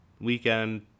weekend